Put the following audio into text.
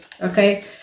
okay